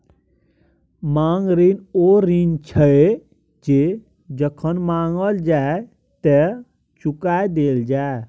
मांग ऋण ओ ऋण छै जे जखन माँगल जाइ तए चुका देल जाय